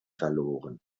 verloren